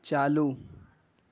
چالو